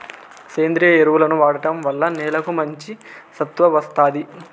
సేంద్రీయ ఎరువులను వాడటం వల్ల నేలకు మంచి సత్తువ వస్తాది